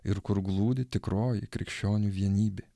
ir kur glūdi tikroji krikščionių vienybė